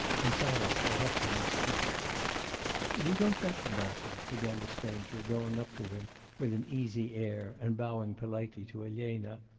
insarov got up from his seat you don't recognise me began the stranger, going up to him with an easy air, and bowing politely to elena,